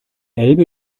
elbe